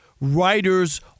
Writers